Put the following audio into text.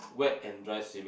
wet and dry swimming